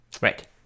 right